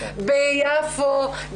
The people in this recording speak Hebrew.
ביפו,